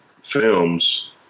films